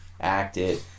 acted